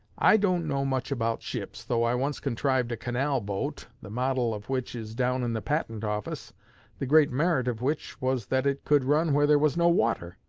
i don't know much about ships, though i once contrived a canal-boat the model of which is down in the patent office the great merit of which was that it could run where there was no water.